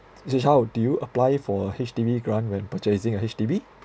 zhi hao did you apply for H_D_B grant when purchasing a H_D_B